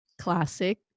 classic